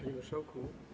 Panie Marszałku!